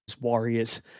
warriors